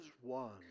one